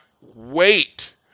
wait